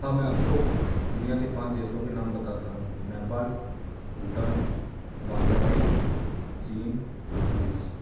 हाँ मैं आप को दुनिया के पाँच देसों के नाम बताता हूँ नेपाल भूटान बांग्लादेस चीन रुस